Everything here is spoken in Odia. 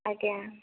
ଆଜ୍ଞା